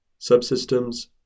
subsystems